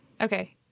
Okay